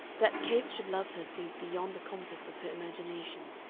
that capes should love her seemed beyond the compass of her imagination.